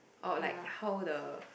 or like how the